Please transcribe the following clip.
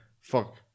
fuck